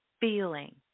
feeling